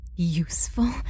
Useful